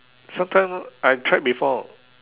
sometime I've tried before